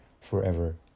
forever